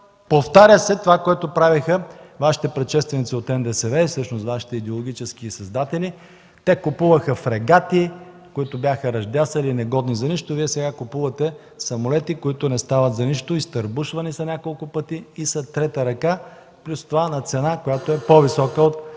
Повтаря се това, което правеха Вашите предшественици от НДСВ и всъщност Ваши биологически създатели. Те купуваха фрегати, които бяха ръждясали и негодни за нищо, Вие сега купувате самолети, които не стават за нищо, изтърбушвани са няколко пъти и са трета ръка, плюс това на цена, която е по-висока дори